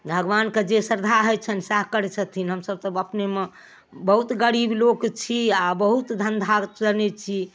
भगबानके जे सर्धा होइ छनि करै छथिन हमसभ तऽ अपनेमे बहुत गरीब लोक छी आ बहुत धन्धा जनै छी